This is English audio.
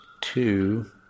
two